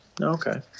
Okay